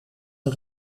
een